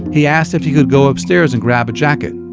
he asked if he could go upstairs and grab a jacket.